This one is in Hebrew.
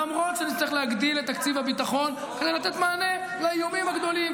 למרות שנצטרך להגדיל את תקציב הביטחון כדי לתת מענה לאיומים הגדולים,